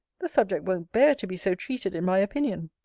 the subject won't bear to be so treated in my opinion.